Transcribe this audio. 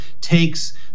takes